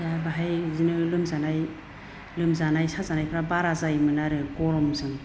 दा बाहाय बिदिनो लोमजानाय लोमजानाय साजानायफ्रा बारा जायोमोन आरो गरमजों